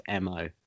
MO